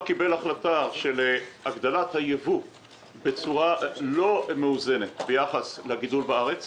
קיבל החלטה על הגדלת הייבוא באופן לא מאוזן ביחס לגידול בארץ.